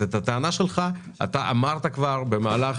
את הטענה שלך אמרת כבר במהלך